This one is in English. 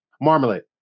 marmalade